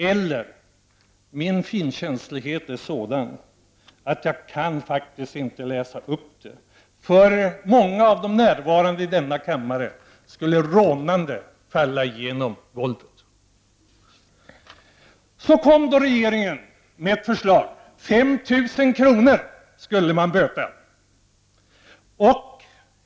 Eller: Min finkänslighet är sådan att jag faktiskt inte kan läsa upp uttalandena — många av de närvarande i denna kammare skulle rodnande falla genom golvet. Så kom då regeringen med ett förslag: 5 000 kr. skulle man få böta.